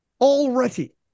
Already